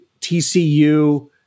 tcu